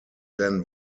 then